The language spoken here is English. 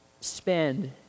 spend